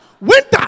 winter